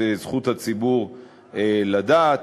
את זכות הציבור לדעת.